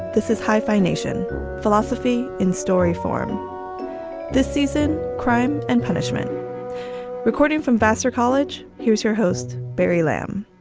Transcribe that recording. this is hyphenation philosophy in story form this season. crime and punishment recording from vassar college. here's your host, barry lamb